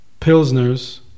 Pilsners